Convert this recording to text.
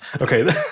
Okay